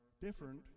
different